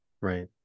Right